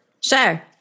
Sure